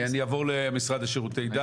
אני אעבור למשרד לשירותי דת.